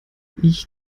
ich